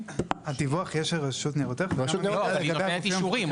הדיווח יהיה של רשות ניירות ערך --- אבל היא נותנת אישורים.